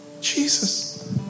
Jesus